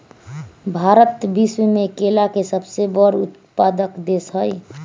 भारत विश्व में केला के सबसे बड़ उत्पादक देश हई